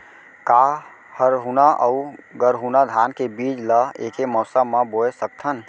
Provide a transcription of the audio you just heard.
का हरहुना अऊ गरहुना धान के बीज ला ऐके मौसम मा बोए सकथन?